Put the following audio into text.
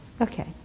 Okay